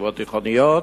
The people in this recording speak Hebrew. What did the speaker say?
ישיבות תיכוניות,